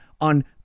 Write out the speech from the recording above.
on